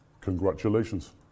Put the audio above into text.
Congratulations